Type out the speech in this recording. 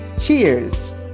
Cheers